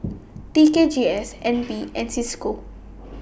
T K G S N P and CISCO